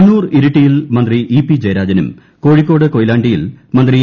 കണ്ണൂർ ഇരിട്ടിയിൽ മന്ത്രി E P ജയരാജനും കോഴിക്കോട് കൊയിലാണ്ടിയിൽ മന്ത്രി എ